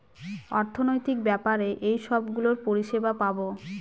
অর্থনৈতিক ব্যাপারে এইসব গুলোর পরিষেবা পাবো